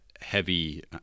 heavy